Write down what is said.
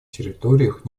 территориях